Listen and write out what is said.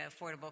Affordable